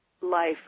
life